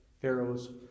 Pharaoh's